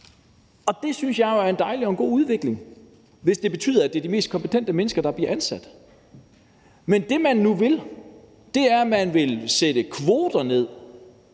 år. Det synes jeg jo er en dejlig og god udvikling, hvis det betyder, at det er de mest kompetente mennesker, der bliver ansat. Men det, man vil nu, er, at man vil sætte kvoter for